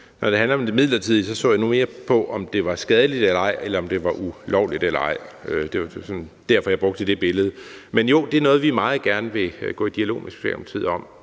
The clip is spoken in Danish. Når det handler om det midlertidige, så jeg nu mere på, om det var skadeligt eller ej, eller om det var ulovligt eller ej. Det var derfor, jeg brugte det billede. Men jo, det er noget, vi meget gerne vil gå i dialog med Socialdemokratiet om.